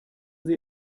sie